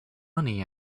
money